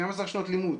12 שנות לימוד,